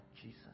Jesus